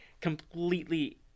completely